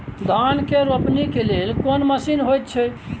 धान के रोपनी के लेल कोन मसीन होयत छै?